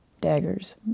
daggers